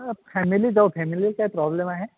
ह फॅमिली जाऊ फॅमिलीला काय प्रॉब्लेम आहे